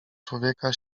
człowieka